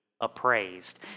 appraised